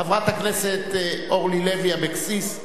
חברת הכנסת אורלי לוי אבקסיס,